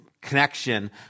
connection